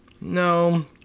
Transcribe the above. No